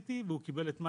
שרציתי וקיבל את מה